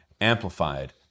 amplified